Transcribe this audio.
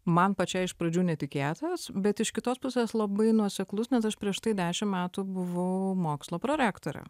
man pačiai iš pradžių netikėtas bet iš kitos pusės labai nuoseklus nes aš prieš tai dešimt metų buvau mokslo prorektorė